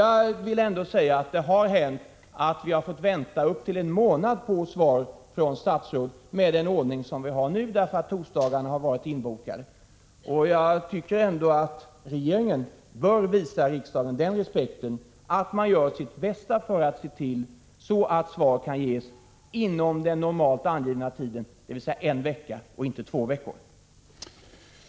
Jag vill säga att det med den nuvarande ordningen har hänt att vi har fått vänta upp till en månad på svar från statsråd därför att torsdagarna har varit inbokade. Jag tycker ändå att man inom regeringen bör visa riksdagen den respekten att man gör sitt bästa för att se till att svar kan ges inom den normalt angivna tiden, dvs. en vecka, och inte efter två veckor.